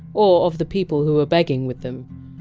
or of the people who were begging with them.